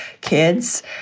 kids